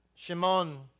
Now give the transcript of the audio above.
Shimon